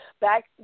back